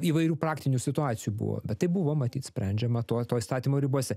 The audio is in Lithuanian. įvairių praktinių situacijų buvo bet tai buvo matyt sprendžiama tuo tuo įstatymo ribose